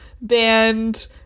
band